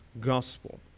gospel